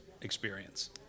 experience